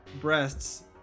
breasts